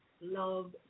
love